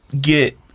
get